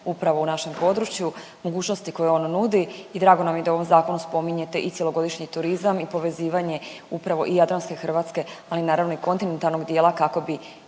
upravo u našem području, mogućnosti koje on nudi i drago nam je da u ovom zakonu spominjete i cjelogodišnji turizam i povezivanje upravo i jadranske Hrvatske, ali naravno i kontinentalnog dijela kako bi